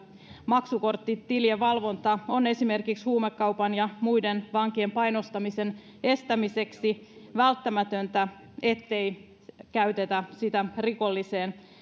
maksukorttitilien valvonta on esimerkiksi huumekaupan ja muiden vankien painostamisen estämiseksi välttämätöntä ettei niitä käytetä rikolliseen